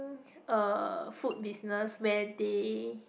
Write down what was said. uh food business where they